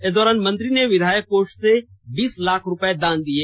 इस दौरान मंत्री ने विधायक कोष से बीस लाख रूपये दिये